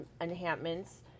enhancements